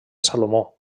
salomó